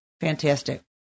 Fantastic